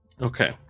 Okay